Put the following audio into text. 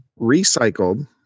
recycled